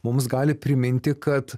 mums gali priminti kad